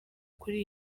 kuri